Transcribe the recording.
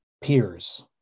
peers